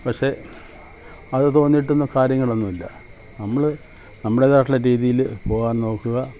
പക്ഷേ അത് തോന്നിയിട്ടൊന്നും കാര്യങ്ങളൊന്നുമില്ല നമ്മൾ നമ്മളുടെതായിട്ടുള്ള രീതിയിൽ പോകാൻ നോക്കുക